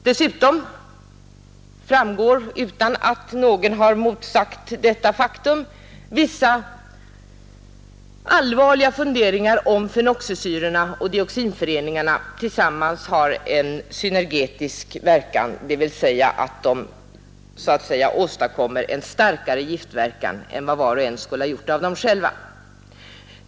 Dessutom har det framkommit — utan att någon har motsagt detta — vissa allvarliga funderingar om att fenoxisyrorna och dioxinerna tillsammans har en synergetisk verkan, dvs. att de tillsammans har en starkare giftverkan än var och en av dem själv skulle ha.